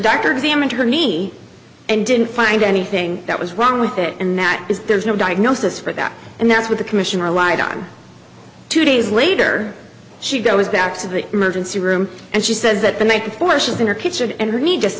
doctor examined her knee and didn't find anything that was wrong with it and that is there's no diagnosis for that and that's what the commission relied on two days later she goes back to the emergency room and she says that the make before she was in her kitchen and her knee just